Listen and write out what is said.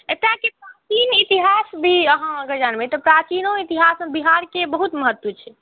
एतयके प्राचीन इतिहास भी अहाँ अगर जानबै तऽ प्राचीनो इतिहासमे बिहारके बहुत महत्व छै